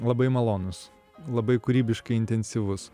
labai malonus labai kūrybiškai intensyvus